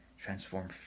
transform